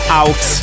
out